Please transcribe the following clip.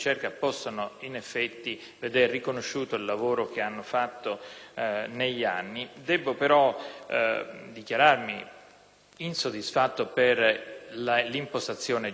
in effetti vedere riconosciuto il lavoro che hanno svolto negli anni. Debbo però dichiararmi insoddisfatto per l'impostazione generale